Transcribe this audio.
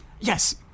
yes